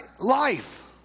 life